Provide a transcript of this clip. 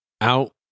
out